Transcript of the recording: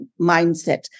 mindset